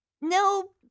No